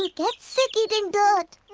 ah get sick eating dirt!